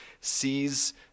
sees